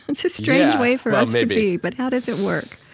and so strange way for us to be, but how does it work?